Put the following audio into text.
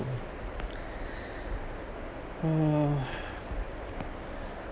uh